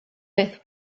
with